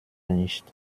nicht